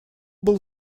был